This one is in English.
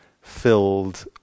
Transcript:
filled